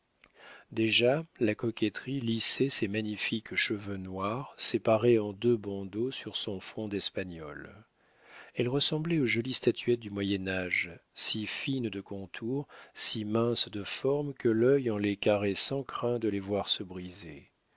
déjà la coquetterie lissait ses magnifiques cheveux noirs séparés en deux bandeaux sur son front d'espagnole elle ressemblait aux jolies statuettes du moyen-age si fines de contour si minces de forme que l'œil en les caressant craint de les voir se briser